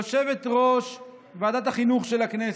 יושבת-ראש ועדת החינוך של הכנסת,